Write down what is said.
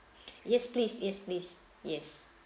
yes please yes please yes